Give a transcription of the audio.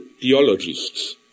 theologists